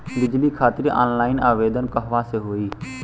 बिजली खातिर ऑनलाइन आवेदन कहवा से होयी?